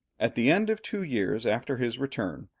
at the end of two years after his return,